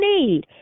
need